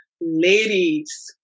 ladies